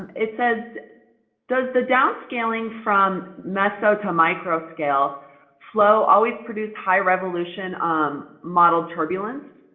it says does the downscaling from meso to microscale flow always produce high-resolution um model turbulence?